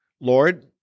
Lord